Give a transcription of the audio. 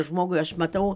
žmogui aš matau